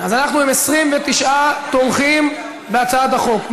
אז אנחנו עם 29 תומכים בהצעת החוק.